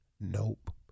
Nope